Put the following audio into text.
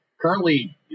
Currently